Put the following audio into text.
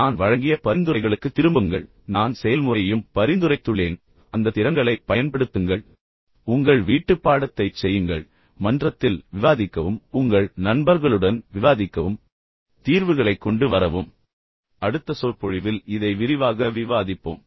நான் வழங்கிய பரிந்துரைகளுக்குத் திரும்புங்கள் நான் செயல்முறையையும் பரிந்துரைத்துள்ளேன் அந்த திறன்களைப் பயன்படுத்துங்கள் உங்கள் வீட்டுப்பாடத்தைச் செய்யுங்கள் மன்றத்தில் விவாதிக்கவும் உங்கள் நண்பர்களுடன் விவாதிக்கவும் தீர்வுகளைக் கொண்டு வரவும் அடுத்த சொற்பொழிவில் இதை விரிவாக விவாதிப்போம்